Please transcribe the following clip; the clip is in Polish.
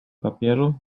papieru